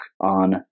on